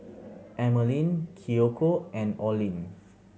Emmaline Kiyoko and Olin